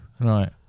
Right